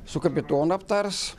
su kapitonu aptars